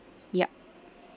yup